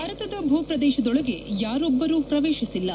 ಭಾರತದ ಭೂಪ್ರದೇಶದೊಳಗೆ ಯಾರೊಬ್ಬರೂ ಪ್ರವೇಶಿಸಿಲ್ಲ